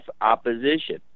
opposition